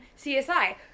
CSI